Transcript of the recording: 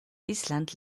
island